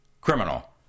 criminal